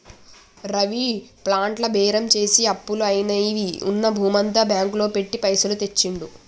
రవి ప్లాట్ల బేరం చేసి అప్పులు అయినవని ఉన్న భూమంతా బ్యాంకు లో పెట్టి పైసలు తెచ్చిండు